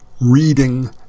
reading